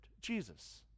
Jesus